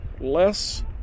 less